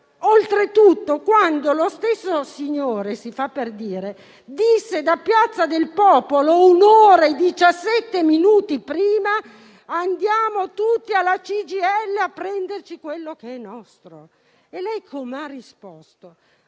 oltretutto che lo stesso signore - si fa per dire - da piazza del Popolo un'ora e diciassette minuti prima disse: andiamo tutti alla CGIL a prenderci quello che è nostro. Lei ha risposto